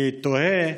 אני תוהה: